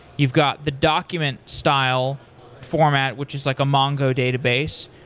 you've got the document style format, which is like a mongo database.